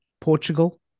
Portugal